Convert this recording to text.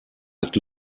hat